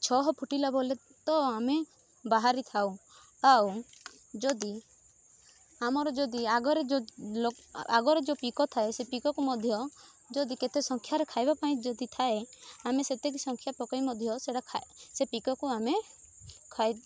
ଛଅ ଫୁଟିଲା ବୋଲେତ ଆମେ ବାହାରିଥାଉ ଆଉ ଯଦି ଆମର ଯଦି ଆଗରେ ଆଗରେ ଯେଉଁ ପିକ ଥାଏ ସେଇ ପିକକୁ ମଧ୍ୟ ଯଦି କେତେ ସଂଖ୍ୟାରେ ଖାଇବା ପାଇଁ ଯଦି ଥାଏ ଆମେ ସେତିକି ସଂଖ୍ୟା ପକାଇ ମଧ୍ୟ ସେଇଟା ସେଇ ପିକକୁ ଆମେ ଖାଇ